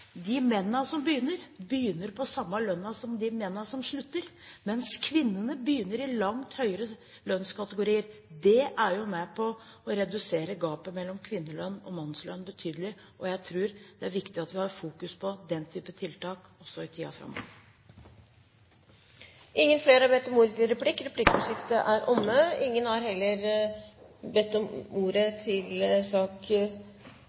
De mennene som begynner, begynner i samme lønnskategori som de mennene som slutter, mens kvinnene begynner i langt høyere lønnskategorier. Det er med på å redusere gapet mellom kvinnelønn og mannslønn betydelig, og jeg tror det er viktig at vi har fokus på den type tiltak også i tiden framover. Replikkordskiftet er omme. Flere har ikke bedt om ordet til sak